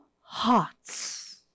hearts